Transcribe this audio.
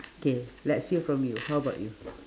k let's hear from you how about you